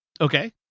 Okay